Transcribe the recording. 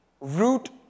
root